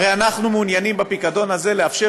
הרי אנחנו מעוניינים בפיקדון הזה לאפשר